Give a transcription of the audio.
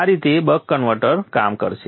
આ રીતે buck converter કામ કરશે